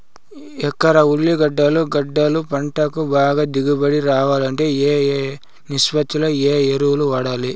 ఎకరా ఉర్లగడ్డలు గడ్డలు పంటకు బాగా దిగుబడి రావాలంటే ఏ ఏ నిష్పత్తిలో ఏ ఎరువులు వాడాలి?